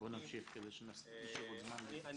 בוא נמשיך כדי שיישאר עוד זמן להתייחסויות.